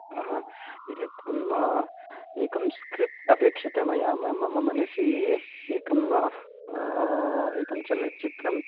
एकं एकं स्क्रिप्ट् अपेक्षते मया मम् मम मनसि एकं एकं चलनचित्रं